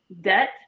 debt